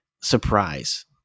surprise